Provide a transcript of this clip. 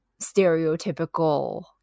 stereotypical